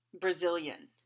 Brazilian